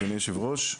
אדוני היושב-ראש,